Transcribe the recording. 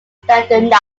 standardised